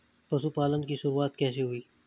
पशुपालन की शुरुआत कैसे हुई?